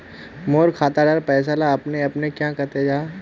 मोर खाता डार पैसा ला अपने अपने क्याँ कते जहा?